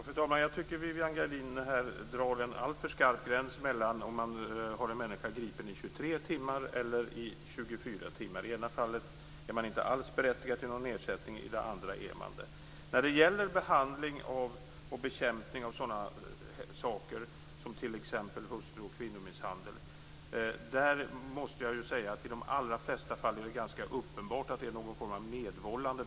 Fru talman! Jag tycker att Viviann Gerdin här drar en alltför skarp gräns mellan om man har en människa gripen i 23 timmar eller om man har en människa gripen i 24 timmar. I det ena fallet är man inte alls berättigad till ersättning, vilket man är i det andra fallet. När det gäller behandling och bekämpning av t.ex. hustru och kvinnomisshandel måste jag säga att det i de allra flesta fallen är ganska uppenbart att det är fråga om någon form av medvållande.